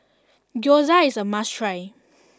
Gyoza is a must try